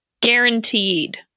guaranteed